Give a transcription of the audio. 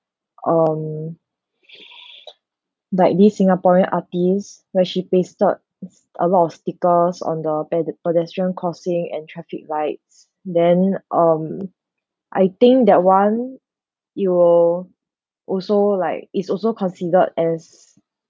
um like this singaporean artist where she pasted a lot of stickers on the pede~ pedestrian crossing and traffic lights then um I think that one you'll also like it's also considered as